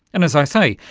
and, as i say,